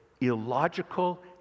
illogical